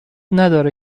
نداره